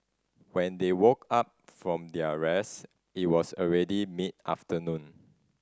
when they woke up from their rest it was already mid afternoon